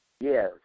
yes